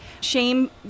shame